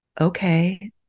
okay